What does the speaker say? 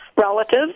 relatives